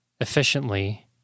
efficiently